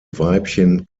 weibchen